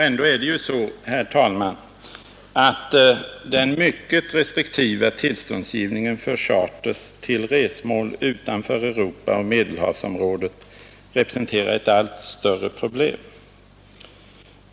Ändå är det så, herr talman, att den mycket restriktiva tillståndsgivningen för charterflygning till resmål utanför Europa och Medelhavsområdet representerar ett allt större problem.